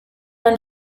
and